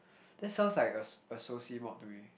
that sounds like a s~ a soci mod to me